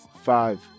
five